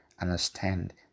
understand